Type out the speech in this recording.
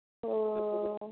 ᱚ